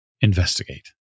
investigate